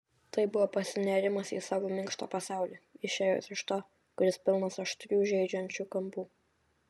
tai buvo pasinėrimas į savo minkštą pasaulį išėjus iš to kuris pilnas aštrių žeidžiančių kampų